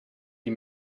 die